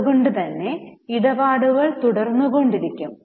അത് കൊണ്ട് തന്നെ ഇടപാടുകൾ തുടർന്നുകൊണ്ടിരിക്കും